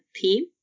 theme